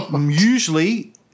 Usually